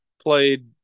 played